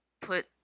put